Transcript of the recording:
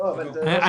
כאילו